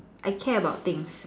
I care about things